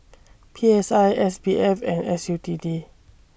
P S I S B F and S U T D